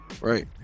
right